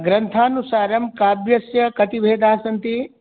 ग्रन्थानुसारं काव्यस्य कति भेदाः सन्ति